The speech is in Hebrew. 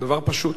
דבר פשוט.